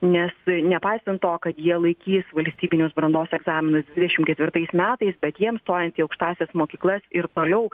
nes nepaisant to kad jie laikys valstybinius brandos egzaminus dvidešimt ketvirtais metais bet jiems stojant į aukštąsias mokyklas ir toliau